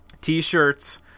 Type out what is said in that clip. t-shirts